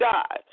God